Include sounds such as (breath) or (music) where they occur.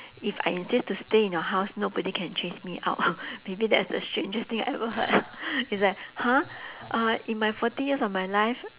if I insist to stay in your house nobody can chase me out (breath) maybe that's the strangest thing I ever heard (breath) it's like !huh! uh in my forty years of my life